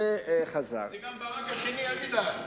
זה גם ברק השני, אל תדאג.